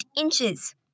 inches